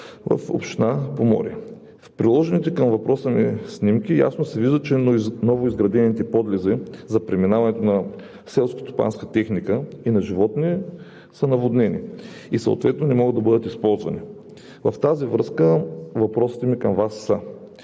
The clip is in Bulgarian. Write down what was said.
В приложените към въпроса ми снимки ясно се вижда, че новоизградените подлези за преминаването на селскостопанска техника и на животни са наводнени и съответно не могат да бъдат използвани. В тази връзка въпросите ми към Вас са: